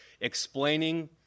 explaining